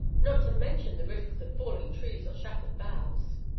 not to mention the risks of falling trees or shattered boughs.